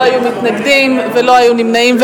לא היו מתנגדים ולא היו נמנעים.